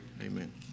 Amen